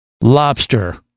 lobster